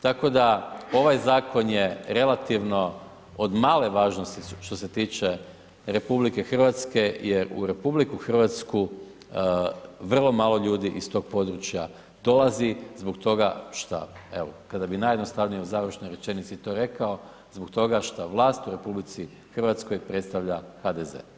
Tako da ovaj zakon je relativno od male važnosti što se tiče RH jer u RH vrlo malo ljudi iz tog područja dolazi zbog toga šta, evo kada bi najjednostavnije u završnoj rečenici to rekao, zbog toga šta vlast u RH predstavlja HDZ.